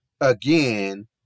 again